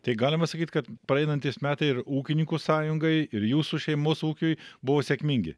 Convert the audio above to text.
tai galima sakyti kad praeinantys metai ir ūkininkų sąjungai ir jūsų šeimos ūkiui buvo sėkmingi